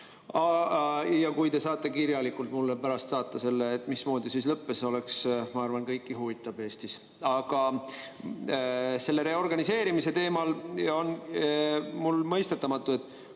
Kui te saate kirjalikult mulle pärast saata selle, mismoodi see lõppes, oleks [hea], ma arvan, et see huvitab Eestis kõiki. Aga selle reorganiseerimise teemal on mulle mõistetamatu, et